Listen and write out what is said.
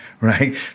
right